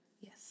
Yes